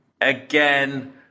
Again